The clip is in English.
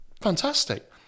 fantastic